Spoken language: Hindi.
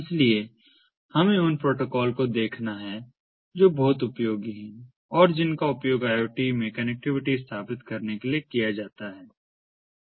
इसलिए हमें उन प्रोटोकॉल को देखना है जो बहुत उपयोगी हैं और जिनका उपयोग IoT में कनेक्टिविटी स्थापित करने के लिए किया जाता है